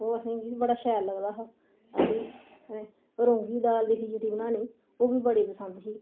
ओह् असेंगी बड़ा शैल लगदा हा रौंगी दी दाल दी खिचड़ी बनानी ओह् बी बड़ी पसंद ही